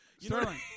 Sterling